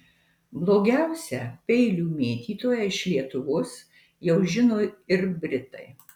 blogiausią peilių mėtytoją iš lietuvos jau žino ir britai